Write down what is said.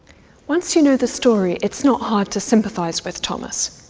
once you know the story, it's not hard to sympathise with thomas.